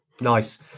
nice